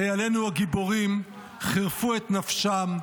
חיילינו הגיבורים חירפו את נפשם,